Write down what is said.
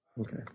Okay